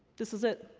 this is it.